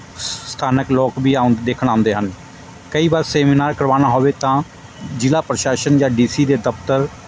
ਸ ਸਥਾਨਕ ਲੋਕ ਵੀ ਆਉਂਦ ਦੇਖਣ ਆਉਂਦੇ ਹਨ ਕਈ ਵਾਰ ਸੈਮੀਨਾਰ ਕਰਵਾਉਣਾ ਹੋਵੇ ਤਾਂ ਜ਼ਿਲ੍ਹਾ ਪ੍ਰਸ਼ਾਸਨ ਜਾਂ ਡੀਸੀ ਦੇ ਦਫਤਰ